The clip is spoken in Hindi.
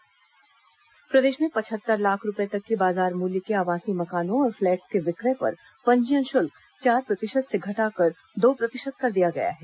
पंजीयन शुल्क छूट प्रदेश में पचहत्तर लाख रूपये तक के बाजार मूल्य के आवासीय मकानों और फ्लैट्स के विक्रय पर पंजीयन शुल्क चार प्रतिशत से घटाकर दो प्रतिशत कर दिया गया है